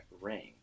Ring